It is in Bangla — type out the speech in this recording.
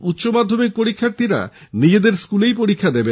উচ্চমাধ্যমিক পরীক্ষার্থীরা নিজেদের স্কুলেই পরীক্ষা দেবে